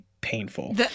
painful